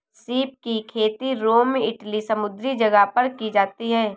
सीप की खेती रोम इटली समुंद्री जगह पर की जाती है